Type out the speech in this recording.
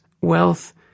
wealth